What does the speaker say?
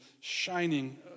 shining